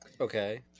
Okay